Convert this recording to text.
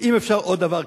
ואם אפשר עוד דבר קטן,